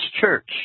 Church